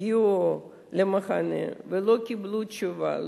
הגיעו למחנה ולא קיבלו תשובה,